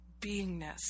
beingness